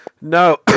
No